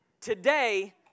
today